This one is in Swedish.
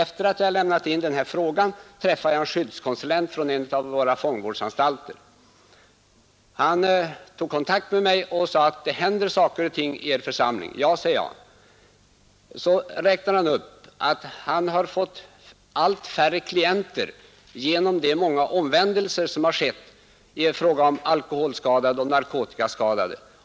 Sedan jag hade lämnat in den här frågan träffade jag en skyddskonsulent från en av våra fångvårdsanstalter. Han tog kontakt med mig och sade: ”Det händer saker och ting i er församling.” Ja, sade jag. Sedan talade han om att han fått allt färre klienter på grund av de många omvändelser som har skett i fråga om alkoholoch narkotikaskadade.